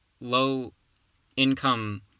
low-income